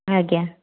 ଆଜ୍ଞା